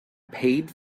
paid